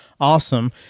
awesome